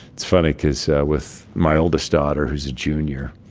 it's funny because with my oldest daughter, who's a junior,